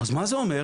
אז מה זה אומר?